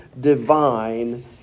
divine